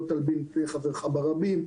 לא תלבין פני חברך ברבים,